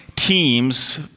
teams